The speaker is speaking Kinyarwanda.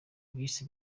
bise